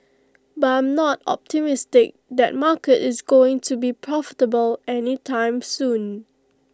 but I'm not optimistic that market is going to be profitable any time soon